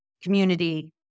community